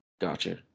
Gotcha